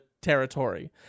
territory